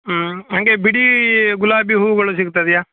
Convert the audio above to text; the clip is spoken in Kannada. ಹ್ಞೂ ಹಾಗೇ ಬಿಡಿ ಗುಲಾಬಿ ಹೂವುಗಳು ಸಿಕ್ತದೆಯಾ